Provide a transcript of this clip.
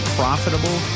profitable